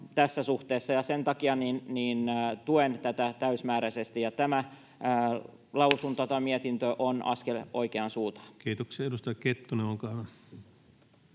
tässä suhteessa. Sen takia tuen tätä täysimääräisesti. Tämä mietintö on askel oikeaan suuntaan. Kiitoksia. — Edustaja Kettunen, olkaa hyvä.